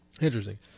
Interesting